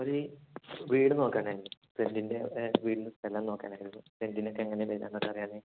ഒരു വീട് നോക്കാനായിരുന്നു സെൻറ്ററിൻ്റെ വീടിന്ന് സ്ഥലം നോക്കാനായിരുന്നു സെൻറിനൊക്കെ എങ്ങനെയാണ് വില എന്ന് അറിയുന്നത്